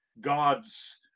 God's